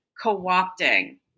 co-opting